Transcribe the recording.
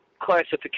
classification